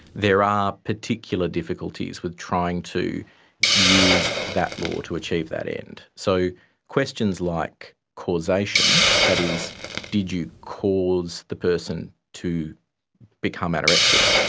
there are particular difficulties with trying to use that law to achieve that end. so questions like causation, that is did you cause the person to become anorexic,